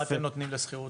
מה אתם נותנים לשכירות?